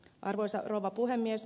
arvoisa rouva puhemies